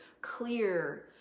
clear